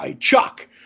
Chuck